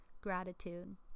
Gratitude